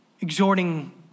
exhorting